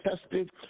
tested